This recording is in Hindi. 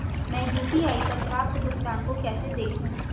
मैं यू.पी.आई पर प्राप्त भुगतान को कैसे देखूं?